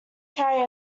carry